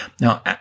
Now